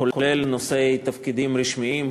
כולל נושאי תפקידים רשמיים,